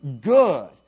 good